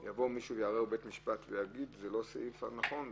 מישהו יוכל לבוא ולהגיד שזה לא הסעיף הנכון,